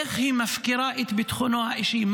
איך היא מפקירה את ביטחונו האישי?